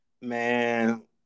Man